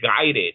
guided